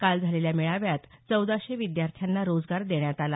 काल झालेल्या मेळाव्यात चौदाशे विद्यार्थ्यांना रोजगार देण्यात आला